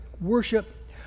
worship